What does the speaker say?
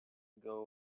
ago